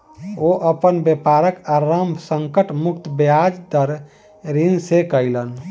ओ अपन व्यापारक आरम्भ संकट मुक्त ब्याज दर ऋण सॅ केलैन